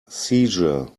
seizure